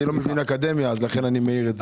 אני לא מבין אקדמיה, אז לכן אני מעיר את זה.